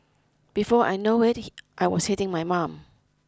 before I know it he I was hitting my mum